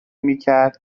میکرد